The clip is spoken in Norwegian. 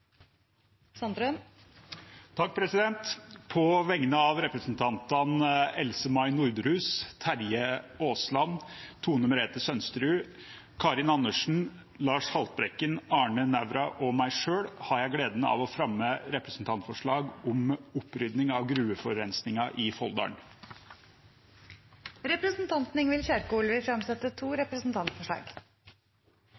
På vegne av representantene Else-May Norderhus, Terje Aasland, Tone Merete Sønsterud, Karin Andersen, Lars Haltbrekken, Arne Nævra og meg selv har jeg gleden av å fremme et representantforslag om opprydding av gruveforurensningen i Folldal. Representanten Ingvild Kjerkol vil fremsette to